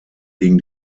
gegen